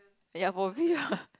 ya probably lah